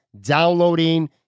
downloading